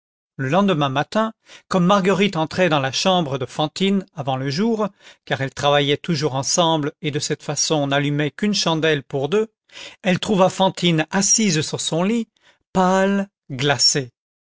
le lendemain matin comme marguerite entrait dans la chambre de fantine avant le jour car elles travaillaient toujours ensemble et de cette façon n'allumaient qu'une chandelle pour deux elle trouva fantine assise sur son lit pâle glacée